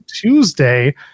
Tuesday